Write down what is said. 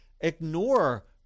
ignore